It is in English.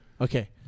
Okay